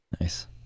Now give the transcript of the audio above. Nice